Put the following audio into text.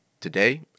Today